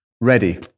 ready